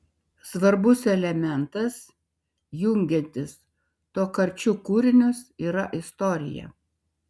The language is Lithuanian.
svarbus elementas jungiantis tokarčuk kūrinius yra istorija